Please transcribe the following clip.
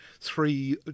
three